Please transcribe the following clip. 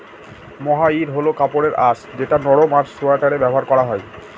মহাইর হল কাপড়ের আঁশ যেটা নরম আর সোয়াটারে ব্যবহার করা হয়